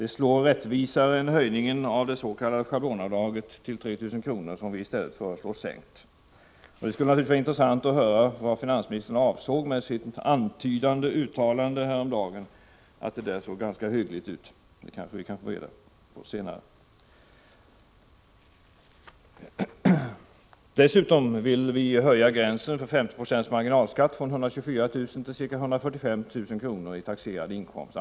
Det slår rättvisare än höjningen till 3 000 kr. av det s.k. schablonavdraget, som vi i stället föreslår sänkt. Det skulle naturligtvis vara intressant att höra vad finansministern avsåg med sitt antydande uttalande häromdagen, att detta förslag såg ganska hyggligt ut. Det kanske vi kan få reda på senare. Dessutom vill vi höja gränsen för 50 26 marginalskatt från 124 000 kr. till ca 145 000 kr. i taxerad inkomst.